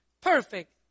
Perfect